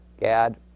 Gad